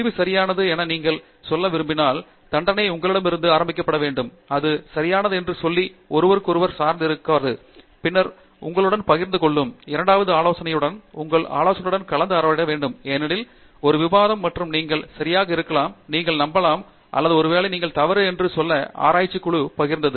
முடிவு சரியானது என நீங்கள் சொல்ல விரும்பினால் தண்டனை உங்களிடமிருந்து ஆரம்பிக்கப்பட வேண்டும் அது சரியானது என்று சொல்லி ஒருவருக்கொருவர் சார்ந்து இருக்காது பின்னர் உங்களுடன் பகிர்ந்து கொள்ளுங்கள் இரண்டாவது ஆலோசனையுடன் உங்கள் ஆலோசகருடன் கலந்துரையாட வேண்டும் ஏனெனில் ஒரு விவாதம் மற்றும் நீங்கள் சரியாக இருக்கலாம் நீங்கள் நம்பலாம் அல்லது ஒருவேளை நீங்கள் தவறு உங்கள் சொந்த ஆராய்ச்சி குழு பகிர்ந்து